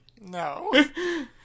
No